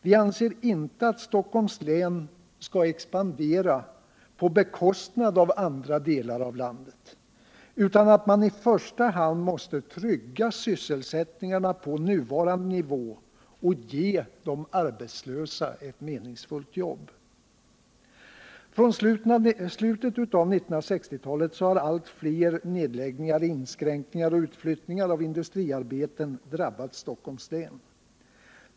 Vi anser inte att Stockholms län skall expandera på bekostnad av andra delar av landet, utan att man i första — Nr 144 hand måste trygga sysselsättningen på nuvarande nivå och ge de arbetslösa ett meningsfullt jobb. Från slutet av 1960-talet har allt fler nedläggningar, inskränkningar och utflyttningar av industriarbeten drabbat Stockholms län.